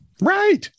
Right